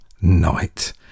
night